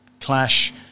Clash